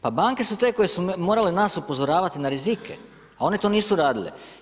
Pa banke su te koje su morale nas upozoravati na rizike, a one to nisu radile.